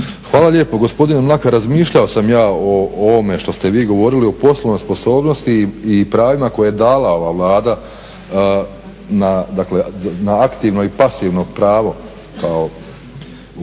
Hvala lijepo. Gospodine Mlakar, razmišljao samo ja o ovome što ste vi govorili o poslovnoj sposobnosti i pravima koje je dala ova Vlada na aktivno i pasivno pravo kao u